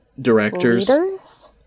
Directors